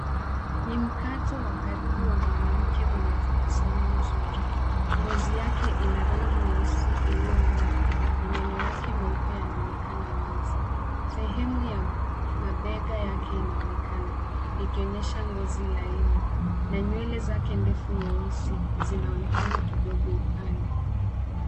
Ni mkato wa karibu wa mwanamke mwenye tabasamu nzuri. Ngozi yake ina rangi nyeusi iliyong'aa, na meno yake meupe yanaonekana wazi. Sehemu ya mabega yake inaonekana, ikionyesha ngozi laini, na nywele zake ndefu nyeusi, zinaonekana kidogo kwa upande.